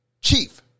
Chief